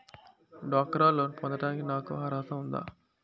డ్వాక్రా లోన్ పొందటానికి నాకు అర్హత ఉందా?